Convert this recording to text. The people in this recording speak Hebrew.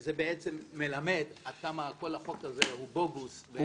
שזה בעצם מלמד עד כמה כל החוק הזה הוא --- ובעדיין?